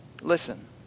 listen